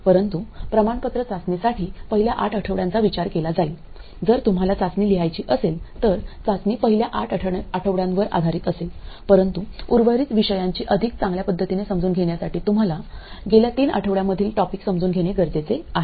परंतु प्रमाणपत्र चाचणीसाठी पहिल्या आठ आठवड्यांचा विचार केला जाईल जर तुम्हाला चाचणी लिहायची असेल तर चाचणी पहिल्या आठ आठवड्यांवर आधारित असेल परंतु उर्वरित विषयांची अधिक चांगल्या पद्धतीने समजून घेण्यासाठी तुम्हाला गेल्या तीन आठवड्यामधील टॉपिक समजून घेणे गरजेचे आहे